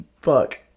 Fuck